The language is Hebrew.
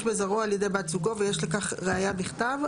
בזרעו על ידי בת זוגו ויש לכך ראיה בכתב,